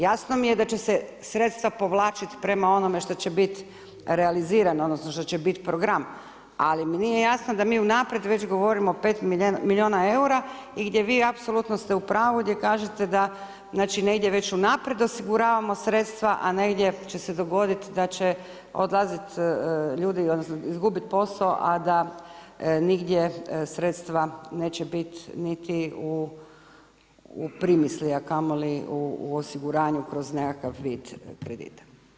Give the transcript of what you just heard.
Jasno mi je da će se sredstava povlačiti prema onome što će biti realizirano, odnosno što će biti program ali mi nije jasno da mi unaprijed već govorimo 5 milijuna eura i gdje vi apsolutno ste u pravu gdje kažete da znači, negdje već unaprijed osiguravamo sredstva, a negdje će se dogoditi da će odlaziti ljudi odnosno izgubiti posao a da nigdje sredstva neće biti u primisli a kamoli u osiguranju kroz nekakav vid kredita.